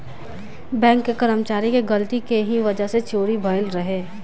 bank के कर्मचारी के गलती के ही वजह से चोरी भईल रहे